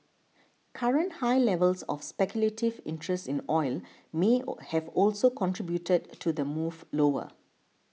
current high levels of speculative interest in oil may have also contributed to the move lower